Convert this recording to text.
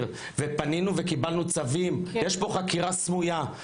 ופנינו וקיבלנו צווים ויש פה חקירה סמויה,